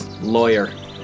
lawyer